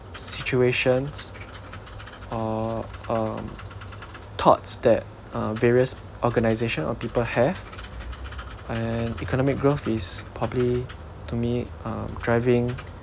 situations or um thoughts that uh various organisation or people have and economic growth is probably to me um driving